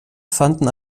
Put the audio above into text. fanden